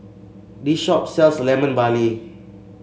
this shop sells Lemon Barley